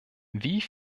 wie